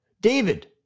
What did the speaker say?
David